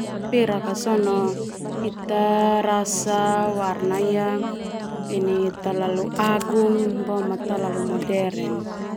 Perak sona ita rasa warna ia ini talalu agung boema warna modern.